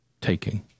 taking